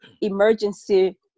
emergency